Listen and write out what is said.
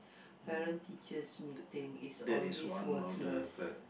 Parents teacher meeting is always worthless